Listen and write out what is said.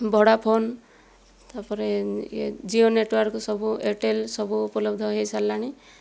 Vodafone ତା'ପରେ ଏ Jio network ସବୁ ଏୟାରଟେଲ୍ ସବୁ ଉପଲବ୍ଧ ହୋଇସାରିଲାଣି